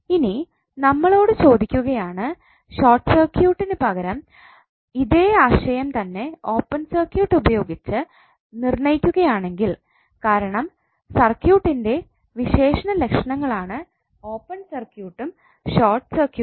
ഇനി നമ്മളോട് ചോദിക്കുകയാണ് ഷോട്ട് സർക്യൂട്ട് പകരം ഇതേ ആശയം തന്നെ ഓപ്പൺ സർക്യൂട്ട് ഉപയോഗിച്ച് നിർണയിക്കുക യാണെങ്കിൽ കാരണം സർക്യൂട്ടട്ടിൻറെ വിശേഷണ ലക്ഷണങ്ങളാണ് ഓപ്പൺ സർക്യൂട്ടും ഷോർട്ട് സർക്യൂട്ടും